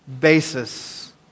basis